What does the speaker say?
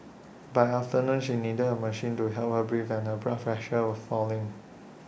by afternoon she needed A machine to help her breathe and her blood pressure was falling